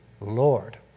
Lord